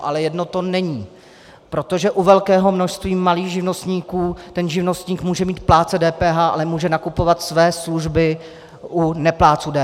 Ale jedno to není, protože u velkého množství malých živnostníků ten živnostník může být plátce DPH, ale může nakupovat své služby u neplátců DPH.